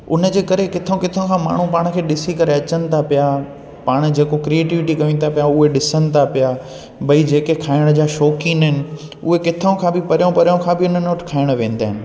उन जे करे किथां किथां खां माण्हू पाण खे ॾिसी करे अचनि था पिया पाण जेको क्रिएटिविटी कयूं था पिया उहे ॾिसनि था पिया भई जेके खाइण जा शौक़ीनि आहिनि उहे किथां खां बि परियां परियां खां बि हुननि वटि खाइणु वेंदा आहिनि